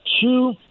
two